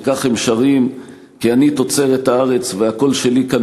וכך הם שרים: "כי אני תוצרת הארץ / והקול שלי כאן